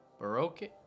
Baroque